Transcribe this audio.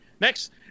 Next